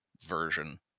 version